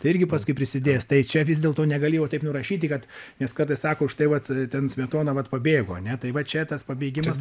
tai irgi paskui prisidės tai čia vis dėlto negali jau taip nurašyti kad nes kartais sako štai vat ten smetona vat pabėgo ane tai va čia tas pabėgimas